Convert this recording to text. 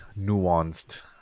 nuanced